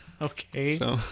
Okay